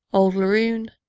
old laroon,